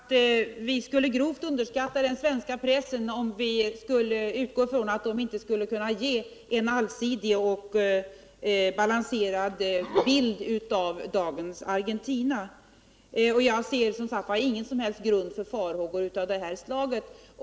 Herr talman! Jag tror att vi skulle grovt underskatta den svenska pressen om vi skulle utgå ifrån att den inte kunde ge en allsidig och balanserad bild av dagens Argentina. Jag ser ingen som helst grund för farhågor av det slaget.